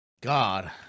God